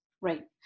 Right